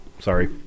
Sorry